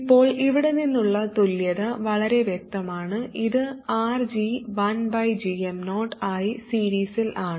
ഇപ്പോൾ ഇവിടെ നിന്നുള്ള തുല്യത വളരെ വ്യക്തമാണ് ഇത് RG1gm0 ആയി സീരിസിൽ ആണ്